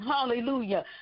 Hallelujah